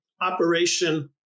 operation